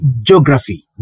geography